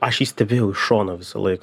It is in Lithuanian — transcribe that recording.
aš jį stebėjau iš šono visą laiką